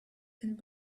and